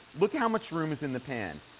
look how much room is in the pan.